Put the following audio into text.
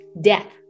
Death